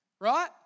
right